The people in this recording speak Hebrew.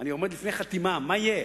אני עומד לפני חתימה, מה יהיה?